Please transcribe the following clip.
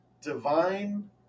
divine